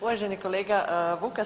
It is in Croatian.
Uvaženi kolega Vukas.